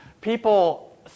People